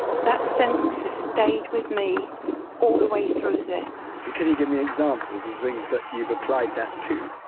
that sentence has stayed with me all the way through this and can you give me examples of the things that you've applied that to?